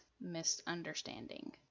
misunderstanding